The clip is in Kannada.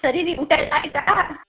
ಸರಿ ರೀ ಊಟ ಎಲ್ಲ ಆಯಿತಾ